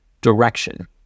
direction